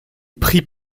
prit